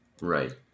Right